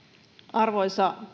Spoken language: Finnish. arvoisa